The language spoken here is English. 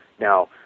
Now